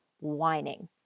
whining